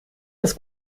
das